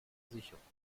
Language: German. sicherung